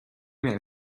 mail